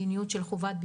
כמחצית ממדינות אחרות.